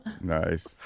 Nice